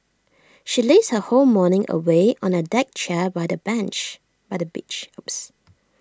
she lazed her whole morning away on A deck chair by the by the beach oops